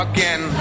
Again